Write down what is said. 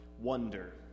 Wonder